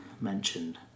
mentioned